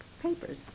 papers